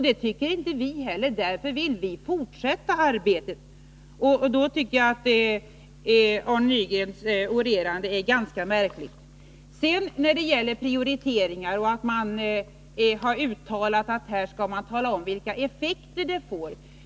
Det tycker inte vi heller, därför vill vi fortsätta arbetet. Av den anledningen tycker jag att Arne Nygrens orerande är ganska märkligt. Det har uttalats att man skall tala om vilka effekter olika prioriteringar får.